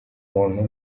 muntu